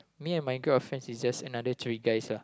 me and my group of friends is just another three guys ah